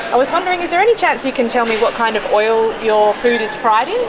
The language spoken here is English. i was wondering is there any chance you can tell me what kind of oil your food is fried in?